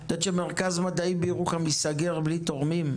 את יודעת שמרכז המדעים בירוחם ייסגר בלי תורמים?